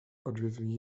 odvětví